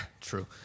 true